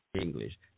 English